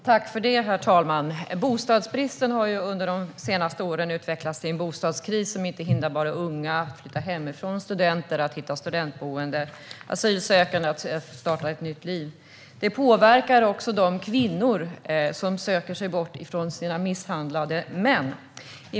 Herr talman! Bostadsbristen har ju under de senaste åren utvecklats till en bostadskris som inte bara hindrar unga att flytta hemifrån, studenter att hitta studentboende och asylsökande att starta ett nytt liv. Den påverkar också de kvinnor som söker sig bort från sina misshandlande män.